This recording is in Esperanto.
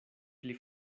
pli